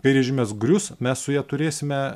kai režimas grius mes su ja turėsime